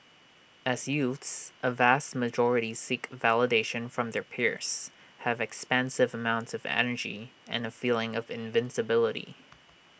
as youths A vast majority seek validation from their peers have expansive amounts of energy and A feeling of invincibility